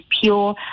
pure